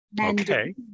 Okay